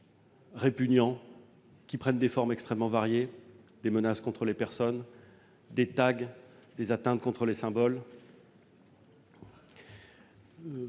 répugnants, qui prennent des formes extrêmement variées : des menaces contre les personnes, des tags, des atteintes contre les symboles.